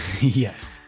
Yes